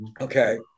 Okay